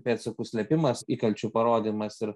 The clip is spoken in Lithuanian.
pėdsakų slėpimas įkalčių parodymas ir